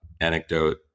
anecdote